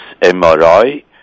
MRI